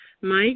Mike